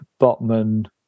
Botman